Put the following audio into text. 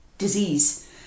disease